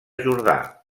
jordà